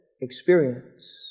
experience